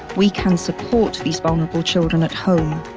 we can support these vulnerable children at home.